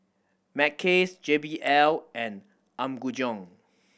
Mackays J B L and Apgujeong